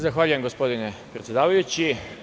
Zahvaljujem, gospodine predsedavajući.